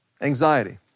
Anxiety